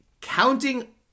counting